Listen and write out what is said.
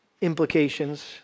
implications